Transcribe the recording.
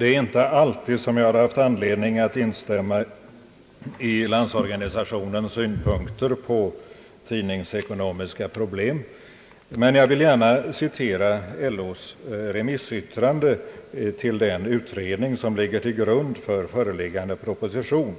Herr talman! Jag har inte alltid haft anledning att instämma i Landsorganisationens synpunkter på tidningsekonomiska problem, men jag vill gärna citera LO:s remissyttrande till den utredning som ligger till grund för föreliggande proposition.